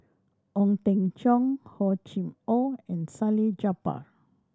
Ong Teng Cheong Hor Chim Or and Salleh Japar